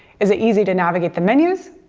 is it easy to navigate the menus?